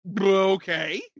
okay